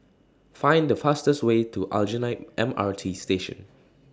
Find The fastest Way to Aljunied M R T Station